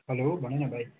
hello भन न भाइ